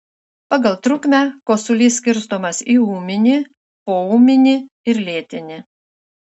pagal trukmę kosulys skirstomas į ūminį poūminį ir lėtinį